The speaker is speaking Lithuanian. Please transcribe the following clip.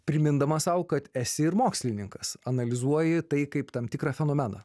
primindamas sau kad esi ir mokslininkas analizuoji tai kaip tam tikrą fenomeną